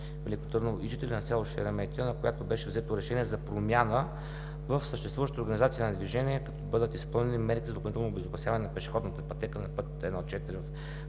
на която беше взето решение за промяна в съществуващата организация на движение, като бъдат изпълнени мерки за допълнително обезопасяване на пешеходната пътека на път 1.4